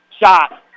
Shot